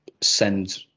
send